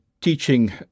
teaching